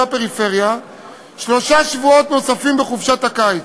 הפריפריה שלושה שבועות נוספים בחופשת הקיץ,